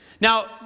Now